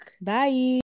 bye